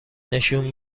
نشون